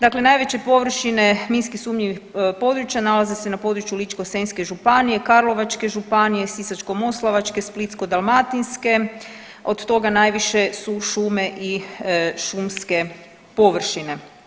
Dakle najveće površine minski sumnjivih područja nalaze se na području Ličko-senjske županije, Karlovačke županije, Sisačko-moslavačke, Splitsko-dalmatinske, od toga najviše su šume i šumske površine.